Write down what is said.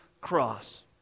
cross